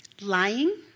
Lying